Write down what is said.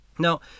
Now